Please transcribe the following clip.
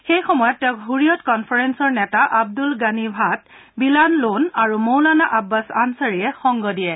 সেই সময়ত তেওঁক হুৰিয়ত কনফাৰেন্সৰ নেতা আব্দুল গাণি ভাট বিলাল লোন আৰু মৌলানা আব্বাছ আনচাৰীয়ে সংগ দিয়ে